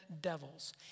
devils